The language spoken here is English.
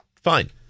fine